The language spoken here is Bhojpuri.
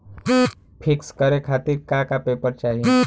पिक्कस करे खातिर का का पेपर चाही?